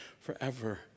forever